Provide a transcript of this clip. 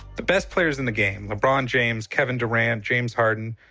the best players in the game, lebron james, kevin durant, james harden,